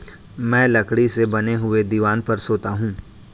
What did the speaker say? मैं लकड़ी से बने हुए दीवान पर सोता हूं